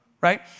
right